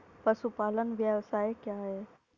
पशुपालन व्यवसाय क्या है?